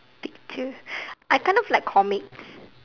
picture I kind of like comics